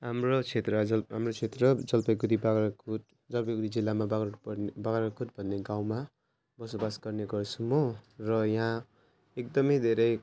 हाम्रो क्षेत्र ज हाम्रो क्षेत्र जलपाइगुडी बाग्राकोट जलपाइगुडी जिल्लामा बाग्राकोट भन्ने बाग्राकोट भन्ने गाउँमा बसोबास गर्ने गर्छु म र यहाँ एकदमै धेरै